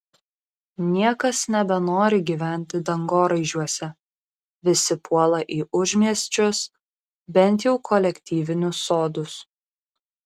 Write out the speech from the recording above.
niekas nebenori gyventi dangoraižiuose visi puola į užmiesčius bent jau kolektyvinius sodus